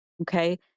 Okay